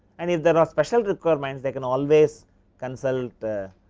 and if there are special requirements they can always cancel